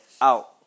out